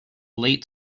late